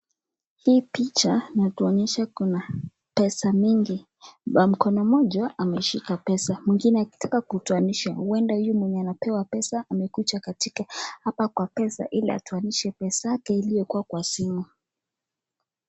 Hii picha inatuonyesha kuna pesa nyingi kwa mkono moja ameshika pesa, mwengine akitaka kutoanisha, labda huyu mwenye anatoa pesa amekuja katika hapa kwa pesa ili atoanishe pesa yake iliyokua wa simu.